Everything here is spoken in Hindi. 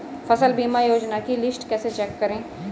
फसल बीमा योजना की लिस्ट कैसे चेक करें?